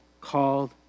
called